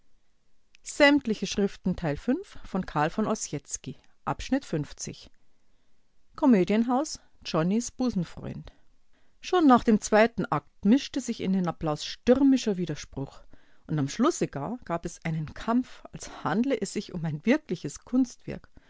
jonnys busenfreund schon nach dem zweiten akt mischte sich in den applaus stürmischer widerspruch und am schlusse gar gab es einen kampf als handle es sich um ein wirkliches